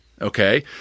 okay